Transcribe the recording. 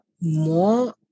More